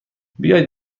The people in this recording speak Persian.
بیایید